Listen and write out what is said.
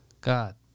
God